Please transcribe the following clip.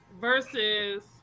versus